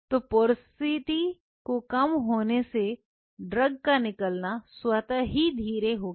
तो पोरोसिटी के कम होने से ड्रग का निकलना स्वत ही धीरे हो गया